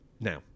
Now